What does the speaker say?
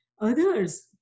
others